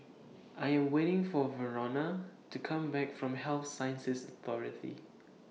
I Am waiting For Verona to Come Back from Health Sciences Authority